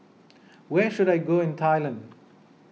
where should I go in Thailand